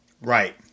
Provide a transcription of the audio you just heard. Right